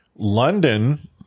London